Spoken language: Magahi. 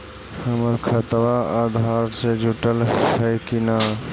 हमर खतबा अधार से जुटल हई कि न?